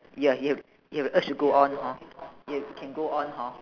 ya you have you have the urge to go on hor ya you can go on hor